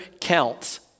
counts